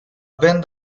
band